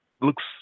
looks